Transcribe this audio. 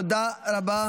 תודה רבה.